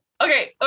Okay